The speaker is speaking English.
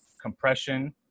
compression